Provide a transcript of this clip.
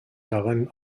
daran